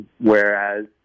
Whereas